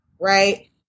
right